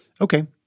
Okay